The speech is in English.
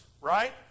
right